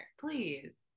Please